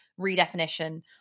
redefinition